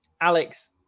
Alex